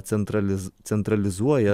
centralis centralizuoja